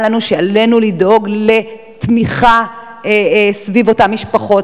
לנו שעלינו לדאוג לתמיכה סביב אותן משפחות,